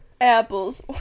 Apples